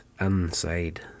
inside